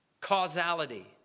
causality